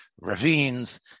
ravines